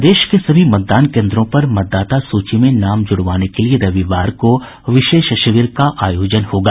प्रदेश के सभी मतदान केन्द्रों पर मतदाता सूची में नाम जुड़वाने के लिये रविवार को विशेष शिविर का आयोजन होगा